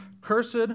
cursed